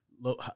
low